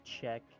check